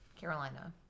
Carolina